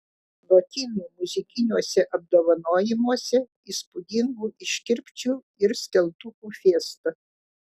lotynų muzikiniuose apdovanojimuose įspūdingų iškirpčių ir skeltukų fiesta